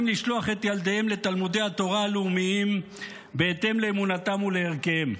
לשלוח את ילדיהם לתלמודי התורה הלאומיים בהתאם לאמונתם ולערכיהם.